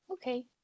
Okay